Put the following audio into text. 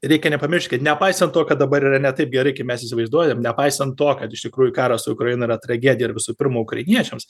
reikia nepamiršt kad nepaisant to kad dabar yra ne taip gerai kaip mes įsivaizduojam nepaisan to kad iš tikrųjų karas su ukraina yra tragedija ir visų pirma ukrainiečiams